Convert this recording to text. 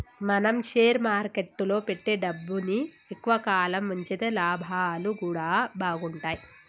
మనం షేర్ మార్కెట్టులో పెట్టే డబ్బుని ఎక్కువ కాలం వుంచితే లాభాలు గూడా బాగుంటయ్